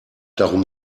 darum